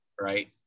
right